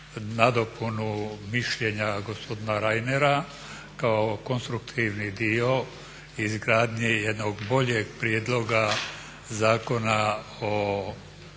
nadopunu mišljenja gospodina Rainera kao konstruktivni dio izgradnji jednog boljeg Prijedloga Zakona o